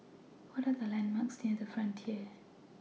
What Are The landmarks near The Frontier